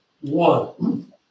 One